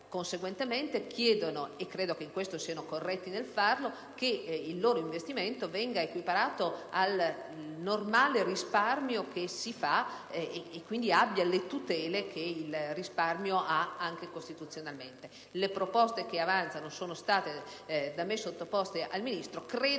Conseguentemente chiedono - e credo che in questo siano corretti nel farlo - che il loro investimento venga equiparato al normale risparmio che si fa e che abbiano le tutele che il risparmio ha anche costituzionalmente. Le proposte che avanzano sono state da me sottoposte al Ministro. Credo